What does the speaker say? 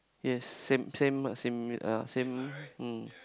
yes same same same uh same mm